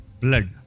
Blood